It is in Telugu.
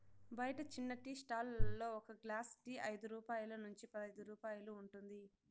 బయట చిన్న టీ స్టాల్ లలో ఒక గ్లాస్ టీ ఐదు రూపాయల నుంచి పదైదు రూపాయలు ఉంటుంది